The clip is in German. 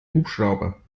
hubschrauber